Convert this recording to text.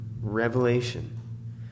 revelation